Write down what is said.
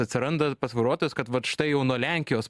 atsiranda pas vairuotojus kad vat štai jau nuo lenkijos